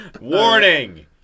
Warning